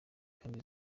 kandi